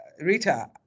Rita